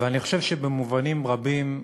ואני חושב שבמובנים רבים,